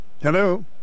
Hello